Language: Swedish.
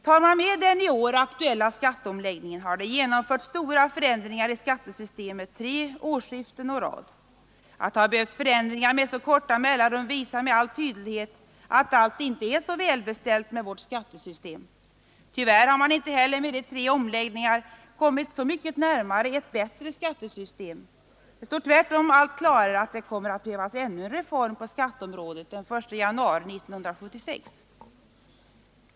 Tar man med den i år aktuella skatteomläggningen har det genomförts stora förändringar i skattesystemet tre årsskiften å rad. Att det har behövts förändringar med så korta mellanrum visar med all tydlighet att allt inte är välbeställt med vårt skattesystem. Tyvärr har man inte heller med dessa tre omläggningar kommit så mycket närmare ett bättre skattesystem. Det står tvärtom allt klarare att det kommer att behövas ännu en reform på skatteområdet den 1 januari 1976.